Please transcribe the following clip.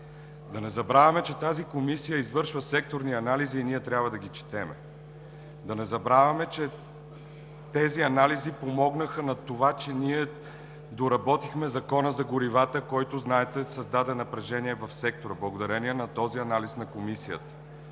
Да не забравяме, че тази комисия извършва секторни анализи и ние трябва да ги четем. Да не забравяме, че тези анализи помогнаха на това, че ние доработихме Закона за горивата, който, знаете, създаде напрежение в сектора благодарение на този анализ на Комисията.